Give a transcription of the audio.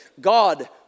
God